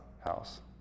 house